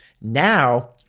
Now